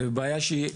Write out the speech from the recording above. זה בעיה שהיא,